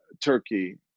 Turkey